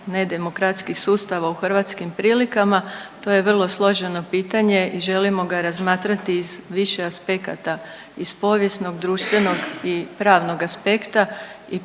nedemokratskih sustava u hrvatskim prilikama, to je vrlo složeno pitanje i želimo ga razmatrati iz više aspekata, iz povijesnog, društvenog i pravnog aspekta i